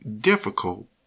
difficult